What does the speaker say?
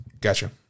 Gotcha